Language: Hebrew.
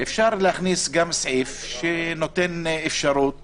אפשר להכניס גם סעיף שנותן אפשרות